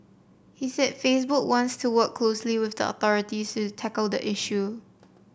he said Facebook wants to work closely with the authorities to tackle the issue